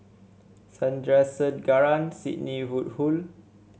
Sandrasegaran Sidney Woodhull